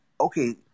okay